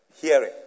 hearing